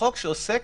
שעוסק